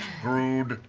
groon?